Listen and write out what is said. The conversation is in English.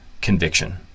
conviction